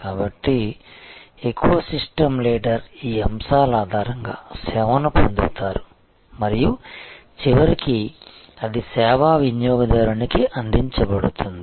కాబట్టి ecosystem leader ఈ అంశాల ఆధారంగా సేవను పొందుతారు మరియు చివరికి అది సేవా వినియోగదారునికి అందించబడుతుంది